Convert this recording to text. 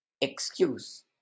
excuse